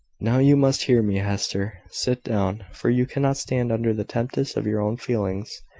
now you must hear me, hester. sit down for you cannot stand under the tempest of your own feelings.